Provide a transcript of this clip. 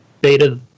beta